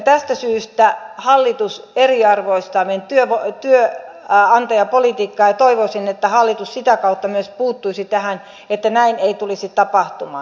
tästä syystä hallitus eriarvoistaa meidän työnantajapolitiikkaa ja toivoisin että hallitus sitä kautta myös puuttuisi tähän että näin ei tulisi tapahtumaan